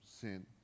sin